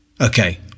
Okay